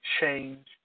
change